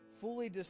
fully